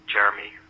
Jeremy